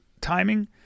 timing